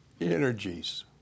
energies